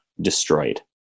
destroyed